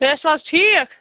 تُہۍ ٲسِو حظ ٹھیٖک